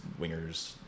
Wingers